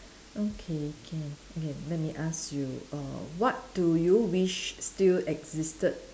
okay can okay let me ask you err what do you wish still existed